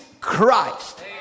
Christ